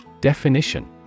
Definition